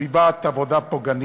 וסביבת עבודה פוגענית.